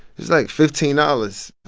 he's like, fifteen dollars.